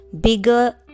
bigger